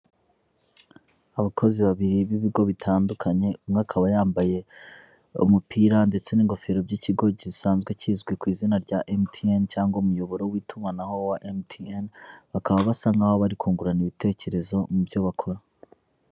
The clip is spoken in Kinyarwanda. Abakozi babiri b'ibigo bitandukanye, umwe akaba yambaye umupira ndetse n'ingofero by'ikigo gisanzwe kizwi ku izina rya MTN cyangwa umuyoboro w'itumanaho wa MTN, bakaba basa nkaho bari kungurana ibitekerezo mu byo bakora.